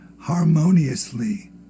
harmoniously